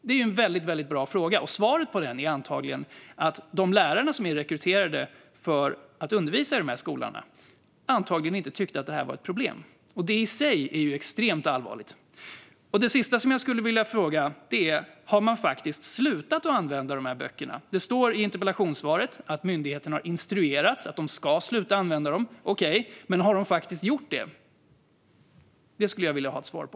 Det är en väldigt bra fråga, och svaret på den är antagligen att de lärare som är rekryterade för att undervisa i de här skolorna inte tyckte att det här var ett problem. Det i sig är extremt allvarligt. Det sista jag vill fråga är: Har man faktiskt slutat att använda de här böckerna? Det står i interpellationssvaret att myndigheten har instruerats att sluta använda böckerna. Okej, men har man faktiskt gjort det? Det skulle jag vilja ha ett svar på.